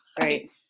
Right